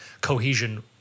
cohesion